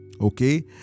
okay